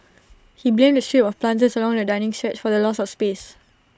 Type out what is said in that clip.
he blamed A strip of planters along the dining stretch for the loss of space